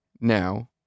Now